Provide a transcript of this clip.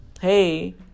Hey